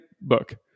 book